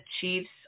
Chiefs